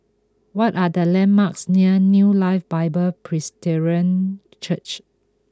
what are the landmarks near New Life Bible Presbyterian Church